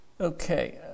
Okay